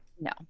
no